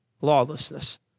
lawlessness